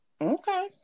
okay